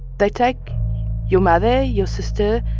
they take your mother, your sister,